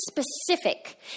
specific